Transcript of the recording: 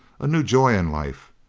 a new joy in life.